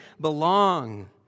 belong